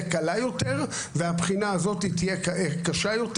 קלה יותר והבחינה הזאת תהיה קשה יותר,